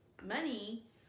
money